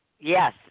Yes